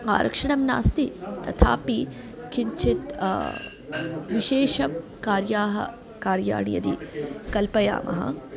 आरक्षणं नास्ति तथापि किञ्चित् विशेषकार्याः कार्याणि यदि कल्पयामः